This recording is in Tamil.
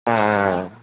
ஆ ஆ ஆ ஆ